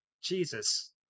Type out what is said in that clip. Jesus